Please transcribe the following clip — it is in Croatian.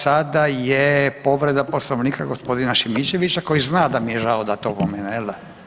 Sada je povreda Poslovnika gospodina Šimičevića koji zna da mi je žao dat opomene jel da?